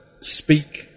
speak